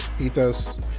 Ethos